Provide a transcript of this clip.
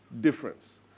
difference